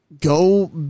go